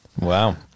Wow